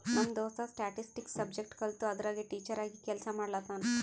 ನಮ್ ದೋಸ್ತ statistics subject ಕಲ್ತು ಅದುರಾಗೆ ಟೀಚರ್ ಆಗಿ ಕೆಲ್ಸಾ ಮಾಡ್ಲತಾನ್